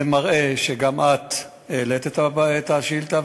זה מראה שגם את העלית את השאילתה,